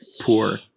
poor